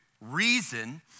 reason